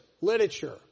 literature